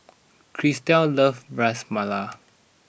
Christel loves Ras Malai